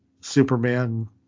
Superman